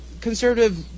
conservative